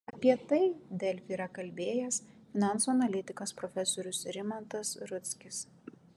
apie tai delfi yra kalbėjęs finansų analitikas profesorius rimantas rudzkis